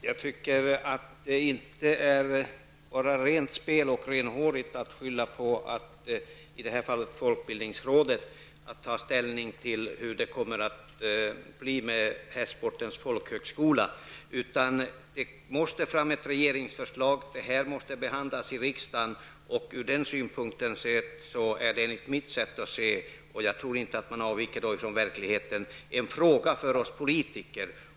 Herr talman! Jag tycker inte att det är rent spel och renhårigt att skylla på att folkbildningsrådet i detta fall skall ta ställning till hur det kommer att bli med Hästsportens folkhögskola. Det måste fram ett regeringsförslag. Frågan måste behandlas i riksdagen. Jag tror inte att man avviker från verkligheten om man säger att det här är en fråga för oss politiker.